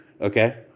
Okay